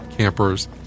campers